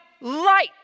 light